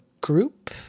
group